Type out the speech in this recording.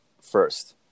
first